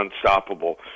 unstoppable